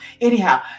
Anyhow